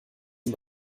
ihm